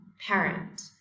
parent